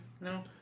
No